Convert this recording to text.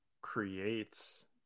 creates